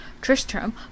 Tristram